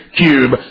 cube